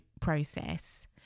process